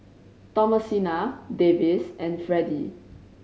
Thomasina Davis and Freddie